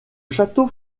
château